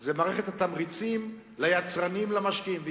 זה מערכת התמריצים ליצרנים, למשקיעים.